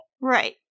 Right